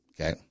Okay